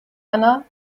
anna